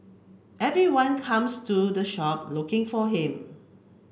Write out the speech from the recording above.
everyone comes to the shop looking for him